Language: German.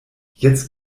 jetzt